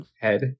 head